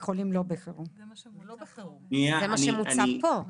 כי עברנו לילה שלם של חקיקה עד הבוקר ויש הרבה ועדות שמתכנסות בו זמנית,